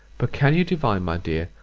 but can you divine, my dear,